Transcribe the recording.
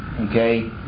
okay